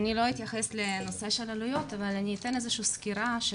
כאן במצגת אני לא אתייחס לנושא של עלויות אבל אני אתן סקירה של